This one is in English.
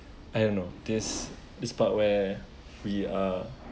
I don't know this this part where we are